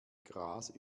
gras